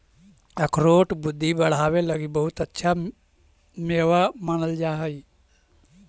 अखरोट बुद्धि बढ़ावे लगी बहुत अच्छा मेवा मानल जा हई